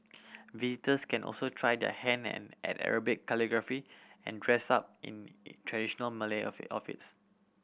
visitors can also try their hand at Arabic calligraphy and dress up in traditional Malay outfit outfits